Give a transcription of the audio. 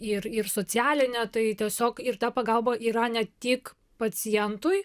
ir ir socialinę tai tiesiog ir ta pagalba yra ne tik pacientui